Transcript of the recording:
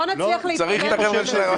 אנחנו לא נצליח להתקדם עם הסוגיה הזו עכשיו.